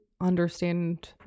understand